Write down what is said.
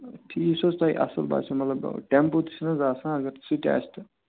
ٹھیٖک چھُ حظ تۄہہِ اَصٕل باسیو مطلب ٹٮ۪مپو تہِ چھِنہٕ حظ آسان اگر سُہ تہِ آسہِ تہٕ